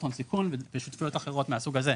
הון סיכון ושותפויות אחרות מהסוג הזה,